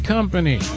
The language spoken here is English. Company